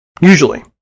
Usually